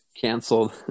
canceled